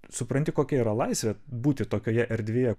supranti kokia yra laisvė būti tokioje erdvėje